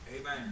Amen